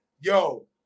Yo